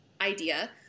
idea